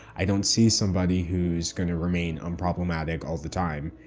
i don't see somebody who's going to remain unproblematic all the time.